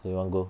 so you want go